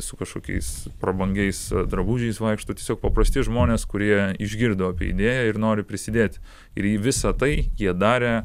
su kažkokiais prabangiais drabužiais vaikšto tiesiog paprasti žmonės kurie išgirdo apie idėją ir nori prisidėti ir į visa tai jie darė